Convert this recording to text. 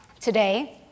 Today